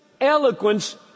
eloquence